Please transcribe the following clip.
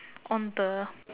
on the